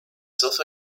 self